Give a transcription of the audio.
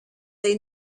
they